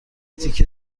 تیکه